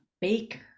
baker